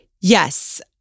Yes